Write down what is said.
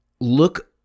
look